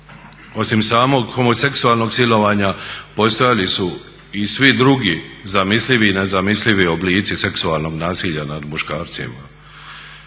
Osim samog homoseksualnog silovanja postojali su i svi drugi zamislivi i nezamislivi oblici seksualnog nasilja nad muškarcima.